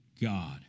God